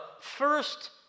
first